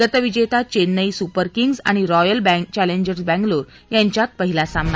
गतविजती Chennai Super Kings आणि Royal Challengers Bangalore यांच्यात पहिला सामना